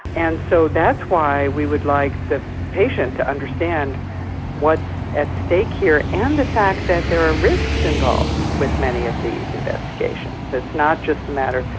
and so that's why we would like the patient to understand what's at stake here and the fact that there are risks involved with many of these investigations. it's not just a matter,